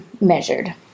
measured